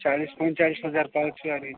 ଚାଳିଶ ପଇଁଚାଳିଶ ହଜାର ପାଉଛୁ ଆରି